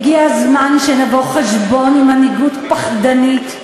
הגיע הזמן שנבוא חשבון עם מנהיגות פחדנית,